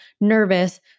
nervous